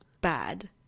bad